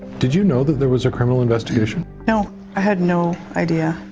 did you know that there was a criminal investigation? no, i had no idea.